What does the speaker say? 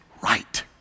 right